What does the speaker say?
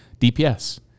DPS